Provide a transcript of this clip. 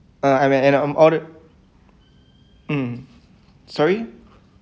uh I when and I'm ordered mm sorry